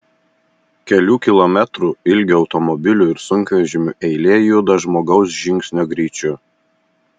kelių kilometrų ilgio automobilių ir sunkvežimių eilė juda žmogaus žingsnio greičiu